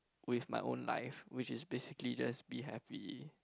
with my own life which is basically just be happy